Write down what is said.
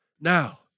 Now